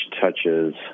touches